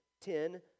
ten